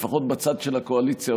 לפחות בצד של הקואליציה,